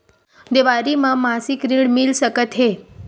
देवारी म मासिक ऋण मिल सकत हे?